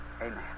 Amen